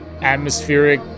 atmospheric